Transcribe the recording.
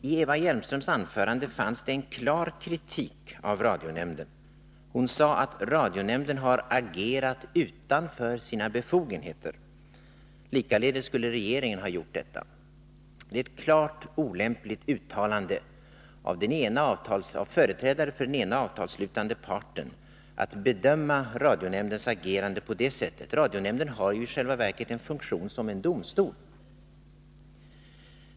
I Eva Hjelmströms anförande fanns det en klar kritik av radionämnden. Hon sade att radionämnden har agerat utanför sina befogenheter. Likaledes skulle regeringen ha gjort det. Det är klart olämpligt av företrädare för den ena avtalsslutande parten att på det sättet bedöma radionämndens agerande. Radionämnden har i själva verket en funktion som en domstol.